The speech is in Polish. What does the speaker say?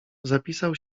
zapisał